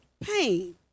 pain